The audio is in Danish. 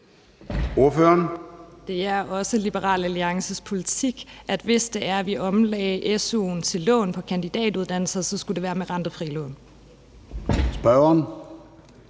(LA): Det er også Liberal Alliances politik, at hvis vi omlagde su'en til lån på kandidatuddannelser, så skulle det være med rentefri lån. Kl.